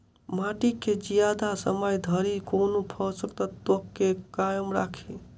माटि केँ जियादा समय धरि कोना पोसक तत्वक केँ कायम राखि?